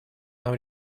нам